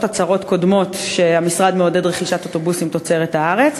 הצהרות קודמות שהמשרד מעודד רכישת אוטובוסים תוצרת הארץ?